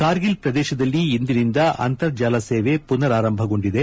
ಕಾರ್ಗಿಲ್ ಶ್ರದೇಶದಲ್ಲಿ ಇಂದಿನಿಂದ ಅಂತರ ಜಾಲ ಸೇವೆ ಪುನರ್ ಆರಂಭಗೊಂಡಿದೆ